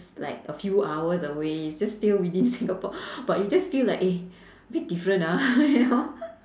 like a few hours away it's just still within singapore but you just feel like eh a bit different ah